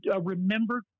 remember